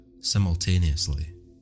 simultaneously